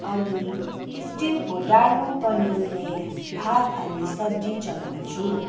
अनि स्टिलको डाडु पन्यूले भात अनि सब्जी चलाउँछु